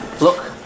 Look